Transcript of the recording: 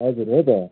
हजुर हो त